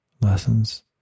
lessons